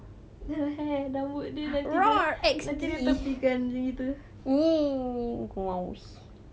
then her hair down then tiba-tiba tepikan begitu